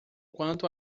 quanto